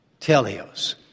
telios